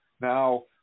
Now